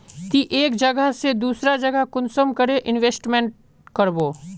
ती एक जगह से दूसरा जगह कुंसम करे इन्वेस्टमेंट करबो?